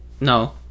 No